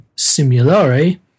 simulare